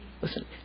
Listen